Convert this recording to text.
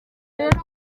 rero